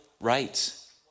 rights